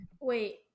Wait